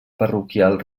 parroquial